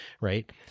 right